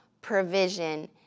provision